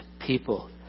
people